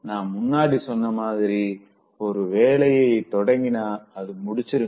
நா முன்னாடி சொன்ன மாதிரி ஒரு வேலைய தொடங்கினா அத முடிச்சிருங்க